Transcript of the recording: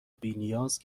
بینیاز